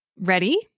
Ready